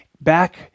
back